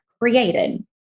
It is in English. created